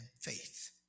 faith